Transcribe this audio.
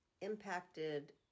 impacted